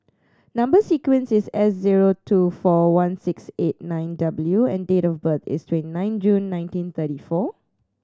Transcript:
number sequence is S zero two four one six eight nine W and date of birth is twenty nine June nineteen thirty four